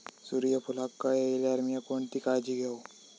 सूर्यफूलाक कळे इल्यार मीया कोणती काळजी घेव?